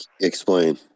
explain